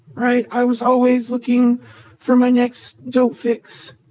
right? i was always looking for my next dope fix,